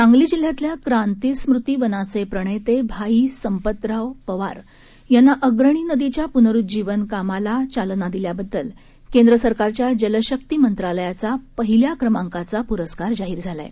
सांगली जिल्ह्यातल्या क्रांतिस्मृती वनाचे प्रणेते भाई संपतराव पवार यांना अग्रणी नदीच्या प्नरूज्जीवन कामास चालना दिल्याबद्दल केंद्र सरकारच्या जलशक्ति मंत्रालयाचा पहिल्या क्रमांकाचा पुरस्कार जाहिर झाला आहे